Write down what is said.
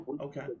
okay